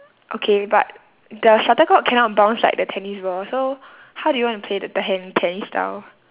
okay but the shuttlecock cannot bounce like the tennis ball so how do you want to play the te~ han~ tennis style